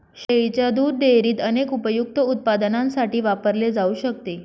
शेळीच्या दुध डेअरीत अनेक उपयुक्त उत्पादनांसाठी वापरले जाऊ शकते